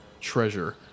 treasure